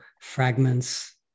fragments